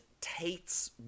Tate's